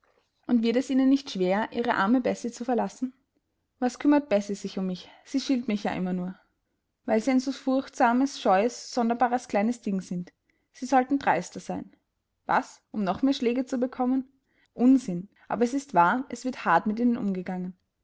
und wird es ihnen nicht schwer ihre arme bessie zu verlassen was kümmert bessie sich um mich sie schilt mich ja immer nur weil sie ein so furchtsames scheues sonderbares kleines ding sind sie sollten dreister sein was um noch mehr schläge zu bekommen unsinn aber es ist wahr es wird hart mit ihnen umgegangen